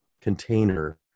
container